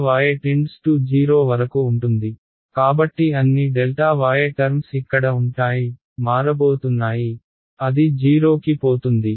వరకు ఉంటుంది కాబట్టి అన్ని y టర్మ్స్ ఇక్కడ ఉంటాయి మారబోతున్నాయి అది 0 కి పోతుంది